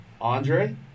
Andre